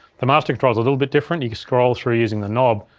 the master control's a little bit different, you can scroll through using the knob,